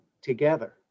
together